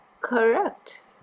correct